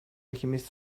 alchemist